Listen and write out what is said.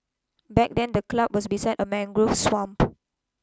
back then the club was beside a mangrove swamp